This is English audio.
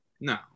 no